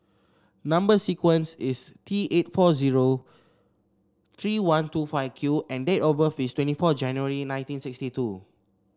number sequence is T eight four zero three one two five Q and date of birth is twenty four January nineteen sixty two